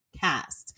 cast